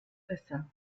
besser